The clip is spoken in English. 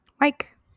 Mike